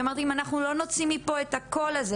כי אני אמרתי לעצמי שאם אנחנו לא נוציא מפה את הקול הזה,